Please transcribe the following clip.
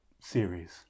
series